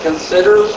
Consider